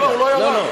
לא.